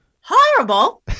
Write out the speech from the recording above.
horrible